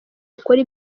ukora